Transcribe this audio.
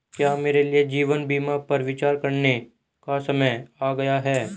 क्या मेरे लिए जीवन बीमा पर विचार करने का समय आ गया है?